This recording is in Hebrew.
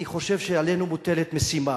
אני חושב שעלינו מוטלת משימה,